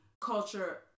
culture